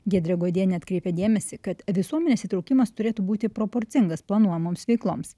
giedrė godienė atkreipia dėmesį kad visuomenės įtraukimas turėtų būti proporcingas planuojamoms veikloms